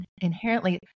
inherently